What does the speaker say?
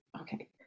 okay